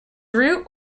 root